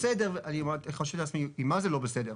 בסדר" ואני חושב לעצמי זה מה זה לא בסדר,